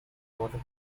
wanted